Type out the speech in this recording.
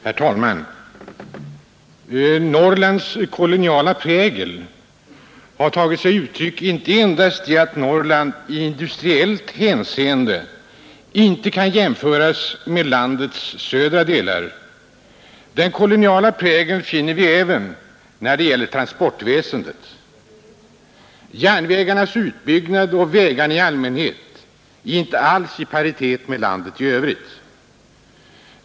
Herr talman! Norrlands koloniala prägel har tagit sig uttryck inte endast i att Norrland i industriellt hänseende inte kan jämföras med landets södra delar. Den koloniala prägeln finner vi även när det gäller transportväsendet. Järnvägarnas utbyggnad och vägarna i allmänhet är inte alls i paritet med landet i övrigt.